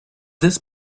this